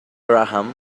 graham